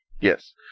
Yes